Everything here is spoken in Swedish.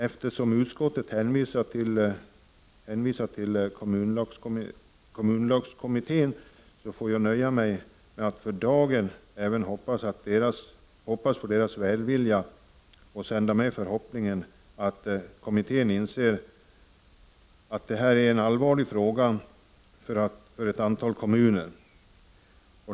Eftersom utskottet hänvisar till kommunallagskommittén, får jag nöja mig med att förlita mig på dess välvilja och sända med förhoppningen att kommittén skall inse att det här är en allvarlig fråga för ett antal kommuner.